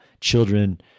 children